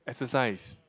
exercise